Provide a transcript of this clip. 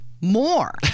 more